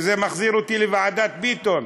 וזה מחזיר אותי לוועדת ביטון: